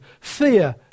Fear